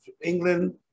England